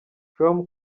com